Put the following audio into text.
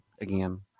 again